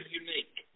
unique